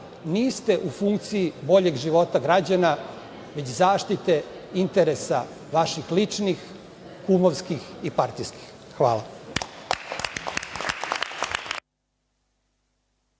niste u funkciji boljeg života građana, već zaštite interesa vaših ličnih kumovskih i partijskih. Hvala.